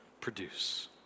produce